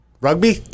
Rugby